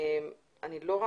אני מנסה